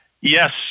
yes